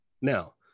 now